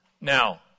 Now